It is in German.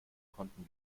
konnten